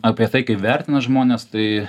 apie tai kaip vertina žmonės tai